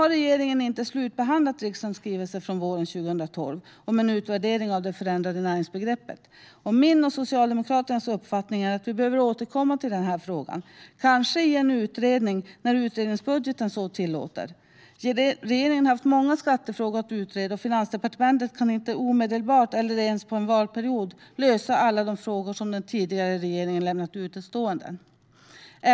Regeringen har inte slutbehandlat riksdagens skrivelse från våren 2012 om en utvärdering av det förändrade näringsbegreppet. Min och Socialdemokraternas uppfattning är att vi behöver återkomma till den här frågan, kanske i en utredning när utredningsbudgeten så tillåter. Regeringen har haft många skattefrågor att utreda, och Finansdepartementet kan inte omedelbart eller ens på en valperiod lösa alla de frågor som den tidigare regeringen lämnat utestående.